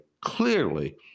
clearly